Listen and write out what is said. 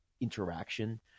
interaction